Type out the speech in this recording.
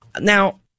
Now